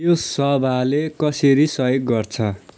यो सभाले कसरी सहयोग गर्छ